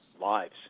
lives